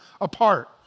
apart